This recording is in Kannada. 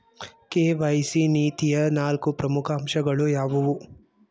ಕೆ.ವೈ.ಸಿ ನೀತಿಯ ನಾಲ್ಕು ಪ್ರಮುಖ ಅಂಶಗಳು ಯಾವುವು?